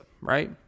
Right